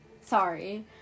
Sorry